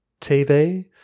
tv